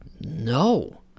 No